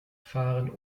fahren